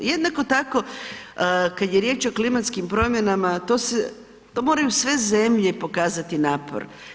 Jednako tako kada je riječ o klimatskim promjenama to moraju sve zemlje pokazati napor.